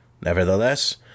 Nevertheless